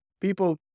People